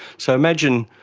so imagine,